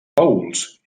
paüls